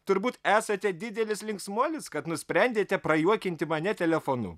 turbūt esate didelis linksmuolis kad nusprendėte prajuokinti mane telefonu